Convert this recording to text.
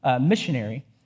missionary